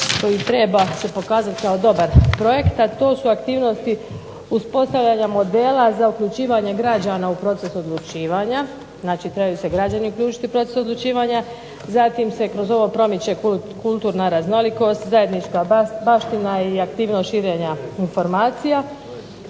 koji treba se pokazati kao dobar projekt, a to su aktivnosti uspostavljanja modela za uključivanje građana u proces odlučivanja. Znači, trebaju se građani uključiti u proces odlučivanja. Zatim se kroz ovo promiče kulturna raznolikost, zajednička baština i aktivnost širenja informacija.